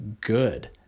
good